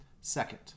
Second